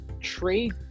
trade